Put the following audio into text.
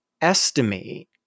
estimate